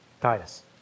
Titus